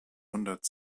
hundert